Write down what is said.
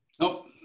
Nope